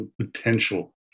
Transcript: potential